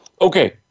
Okay